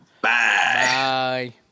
Bye